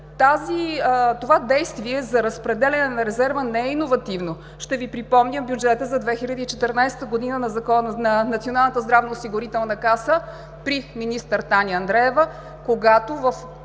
Това действие за разпределяне на резерва не е иновативно. Ще Ви припомня бюджета за 2014 г. на Националната здравноосигурителна каса при министър Таня Андреева, когато в рамките